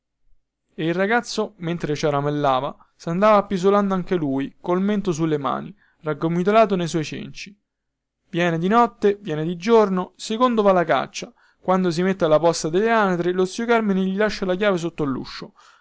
e il ragazzo mentre ciaramellava sandava appisolando anche lui col mento sulle mani raggomitolato nei suoi cenci viene di notte viene di giorno secondo va la caccia quando si mette alla posta delle anatre lo zio carmine gli lascia la chiave sotto luscio